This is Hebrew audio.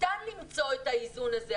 ניתן למצוא את האיזון הזה.